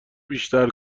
بیشتر